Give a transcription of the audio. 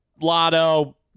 Lotto